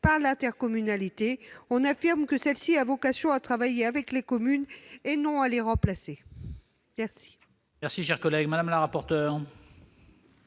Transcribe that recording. par l'intercommunalité, on affirme que celle-ci a vocation à travailler avec les communes, et non à les remplacer. Quel